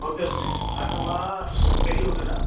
hotel में हा त मां कहिड़ी होटल आहे